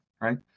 Right